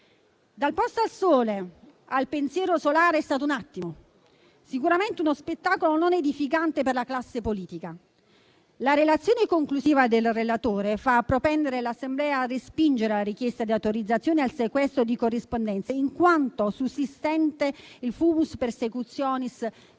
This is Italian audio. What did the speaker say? Dal posto al sole al pensiero solare è stato un attimo; sicuramente, uno spettacolo non edificante per la classe politica. La relazione conclusiva del relatore fa propendere l'Assemblea per respingere la richiesta di autorizzazione al sequestro di corrispondenza, in quanto sussistente il *fumus persecutionis*